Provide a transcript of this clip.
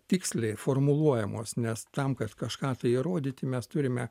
tiksliai formuluojamos nes tam kad kažką tai įrodyti mes turime